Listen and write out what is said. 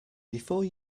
before